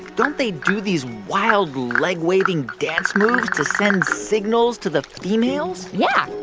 don't they do these wild, leg-waving dance moves to send signals to the females? yeah,